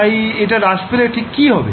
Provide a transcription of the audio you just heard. তাই এটা হ্রাস পেলে ঠিক কি হবে